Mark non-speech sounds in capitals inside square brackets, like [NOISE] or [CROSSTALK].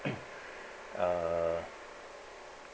[COUGHS] uh